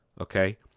okay